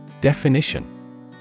Definition